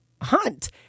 hunt